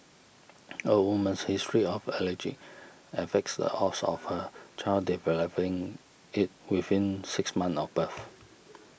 a woman's history of allergy affects the odds of her child developing it within six months of birth